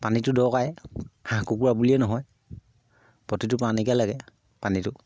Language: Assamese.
পানীটো দৰকাৰেই হাঁহ কুকুৰা বুলিয়ে নহয় প্ৰতিটো প্ৰাণীকে লাগে পানীটো